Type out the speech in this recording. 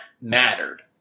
mattered